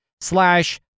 slash